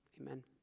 Amen